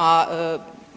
A